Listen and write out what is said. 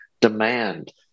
demand